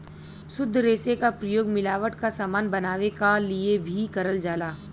शुद्ध रेसे क प्रयोग मिलावट क समान बनावे क लिए भी करल जाला